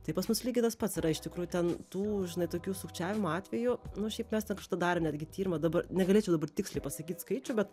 tai pas mus lygiai tas pats yra iš tikrųjų ten tų žinai tokių sukčiavimo atvejų nu šiaip mes ten kažkada darėm netgi tyrimą dabar negalėčiau dabar tiksliai pasakyt skaičių bet